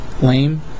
lame